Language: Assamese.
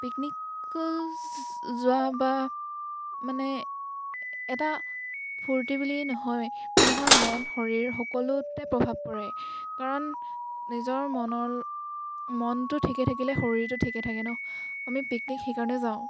পিকনিক যোৱা বা মানে এটা ফূৰ্তি বুলি নহয় মানুহৰ মন শৰীৰ সকলোতে প্ৰভাৱ পৰে কাৰণ নিজৰ মনৰ মনটো ঠিকে থাকিলে শৰীৰটো ঠিকে থাকে নহ্ আমি পিকনিক সেইকাৰণে যাওঁ